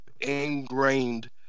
ingrained